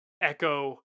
echo